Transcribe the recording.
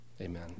Amen